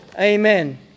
Amen